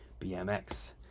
bmx